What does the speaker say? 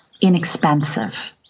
inexpensive